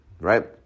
right